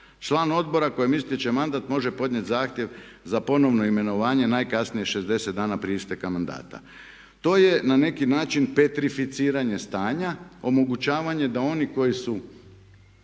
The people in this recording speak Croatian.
Član odbora kojem istječe mandat može podnijeti zahtjev za ponovno imenovanje najkasnije 60 dana prije isteka mandata. To je na neki način petrificiranje stanja, omogućavanje da oni koji su